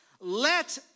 Let